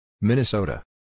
Minnesota